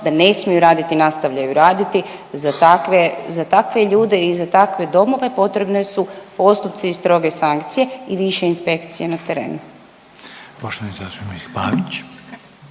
da ne smiju raditi nastavljaju raditi, za takve, za takve ljude i za takve domove potrebne su postupci stroge sankcije i više inspekcije na terenu.